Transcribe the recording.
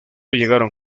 llegaron